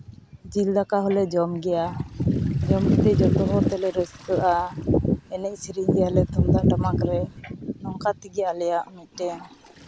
ᱡᱤᱞ ᱫᱟᱠᱟ ᱦᱚᱸᱞᱮ ᱡᱚᱢ ᱜᱮᱭᱟ ᱡᱚᱢ ᱠᱟᱛᱮᱫ ᱡᱚᱛᱚ ᱦᱚᱲ ᱛᱮᱞᱮ ᱨᱟᱹᱥᱠᱟᱹᱜᱼᱟ ᱮᱱᱮᱡ ᱥᱮᱨᱮᱧ ᱜᱮᱭᱟᱞᱮ ᱛᱩᱢᱫᱟᱜ ᱴᱟᱢᱟᱠ ᱨᱮ ᱱᱚᱝᱠᱟ ᱛᱮᱜᱮ ᱟᱞᱮᱭᱟᱜ ᱢᱤᱫᱴᱮᱱ